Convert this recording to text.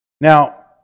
Now